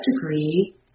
degree